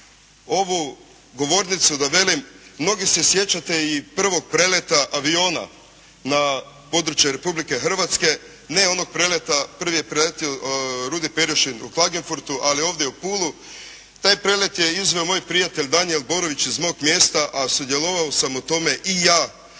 ovu govornicu da velim, mnogi se sjećate i prvog preleta aviona na području Republike Hrvatske, ne onog preleta, prvi je preletio Rudi Perišin u Klagenfurtu, ali ovdje u Pulu. Taj prelet je izveo moj prijatelj Danijel Borović iz mog mjesta, a sudjelovao sam u tome i ja.